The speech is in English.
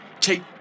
Take